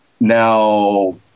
Now